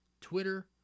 twitter